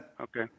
Okay